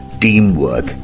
teamwork